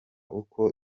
uko